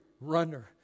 runner